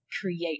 create